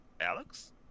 Alex